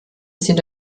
sind